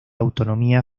autonomía